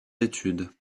études